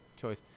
choice